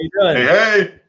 Hey